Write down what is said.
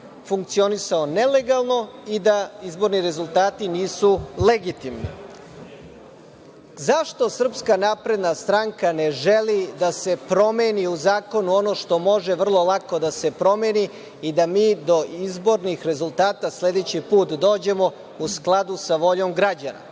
funkcionisao nelegalno i da izborni rezultati nisu legitimni.Zašto SNS ne želi da se promeni u zakonu ono što može vrlo lako da se promeni i da mi do izbornih rezultata sledeći put dođem u skladu sa voljom građana?